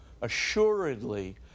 assuredly